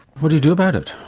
what do you do about it?